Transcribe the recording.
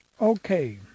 Okay